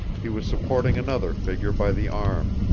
he was supporting another figure by the arm,